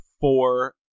four